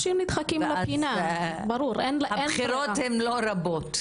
אז הבחירות הן לא רבות.